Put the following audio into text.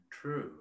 true